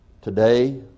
Today